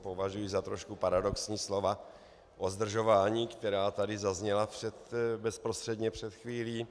Považuji za trošku paradoxní slova o zdržování, která tady zazněla bezprostředně před chvílí.